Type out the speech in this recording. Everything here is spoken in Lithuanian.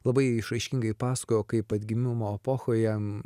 labai išraiškingai pasakojo kaip atgimimo epochoje